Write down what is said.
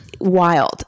Wild